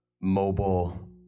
mobile